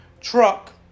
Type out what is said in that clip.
truck